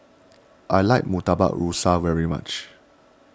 I like Murtabak Rusa very much